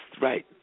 right